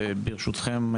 ברשותכם,